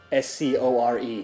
SCORE